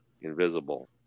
invisible